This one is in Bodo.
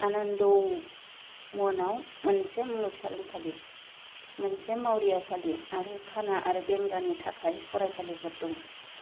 आनन्दवनआव मोनसे मुलुगसोलोंसालि मोनसे मावरियासालि आरो खाना आरो बेंगानि थाखाय फरायसालिफोर दङ